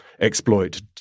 exploit